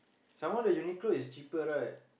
some more the Uniqlo is cheaper right